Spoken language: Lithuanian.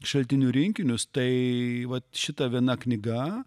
šaltinių rinkinius tai vat šita viena knyga